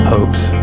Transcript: Hopes